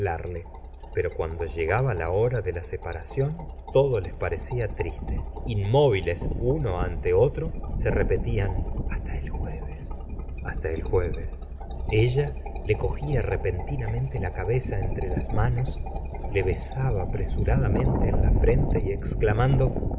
pero cuand o llegaba la hora de la separación todo les parecía triste inmóviler uno ante otro se repetían hasta el jueves hasta el jueves ella le cogía repentinamente la cabeza entre las manos le besaba apresuradamente en la frente y exclamando